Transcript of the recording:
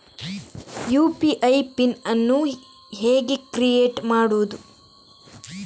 UPI PIN ಅನ್ನು ಹೇಗೆ create ಮಾಡುದು?